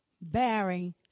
bearing